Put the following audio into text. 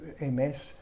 MS